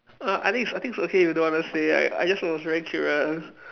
err I think I think it's okay if you don't want to say like I just was very curious